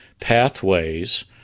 pathways